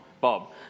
Bob